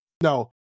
no